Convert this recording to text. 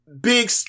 big